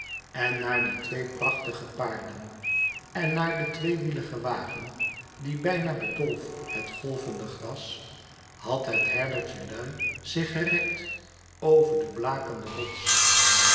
en naar die twee prachtige paarden en naar den tweewieligen wagen dien bijna bedolf het golvende gras had het herdertje lui zich gerekt over den blakenden rots